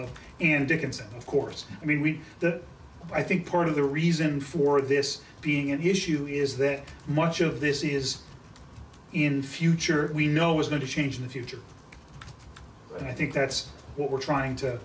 of an dickinson of course i mean we the i think part of the reason for this being an issue is that much of this is in future we know is going to change in the future and i think that's what we're trying to